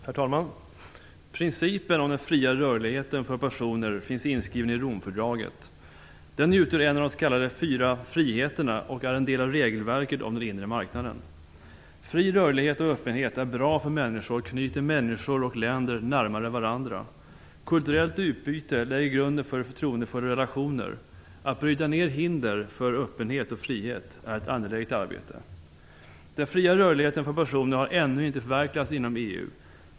Herr talman! Principen om den fria rörligheten för personer finns inskriven i Romfördraget. Den utgör en av de s.k. fyra friheterna och är en del av regelverket om den inre marknaden. Fri rörlighet och öppenhet är bra för människor och knyter människor och länder närmare varandra. Kulturellt utbyte lägger grunden för förtroendefulla relationer. Att bryta ner hinder för öppenhet och frihet är ett angeläget arbete. Den fria rörligheten för personer har ännu inte förverkligats inom EU.